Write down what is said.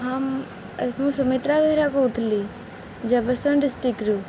ହଁ ମୁଁ ସୁମିତ୍ରା ବେହେରା କହୁଥିଲି ଜଗତସିଂହ ଡିଷ୍ଟ୍ରିକ୍ରୁ